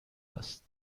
است